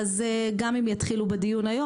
גם אם יתחילו בדיון היום,